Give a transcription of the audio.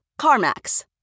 CarMax